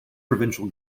provincial